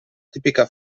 tipica